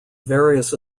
various